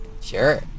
Sure